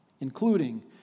including